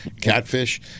catfish